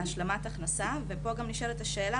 להשלמת הכנסה ופה גם נשאלת השאלה,